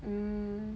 mm